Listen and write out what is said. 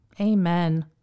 Amen